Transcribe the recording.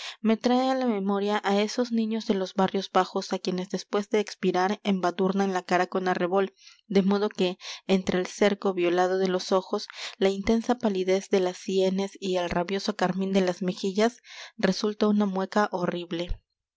me trae á la memoria á esos niños de los barrios bajos á quienes después de expirar embadurnan la cara con arrebol de modo que entre el cerco violado de los ojos la intensa palidez de las sienes y el rabioso carmín de las mejillas resulta una mueca horrible